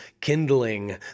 kindling